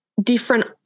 different